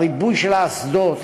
הריבוי של האסדות,